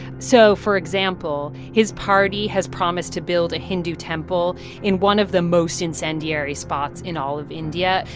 so for example, his party has promised to build a hindu temple in one of the most incendiary spots in all of india.